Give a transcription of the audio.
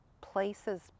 places